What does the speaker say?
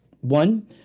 One